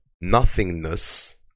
nothingness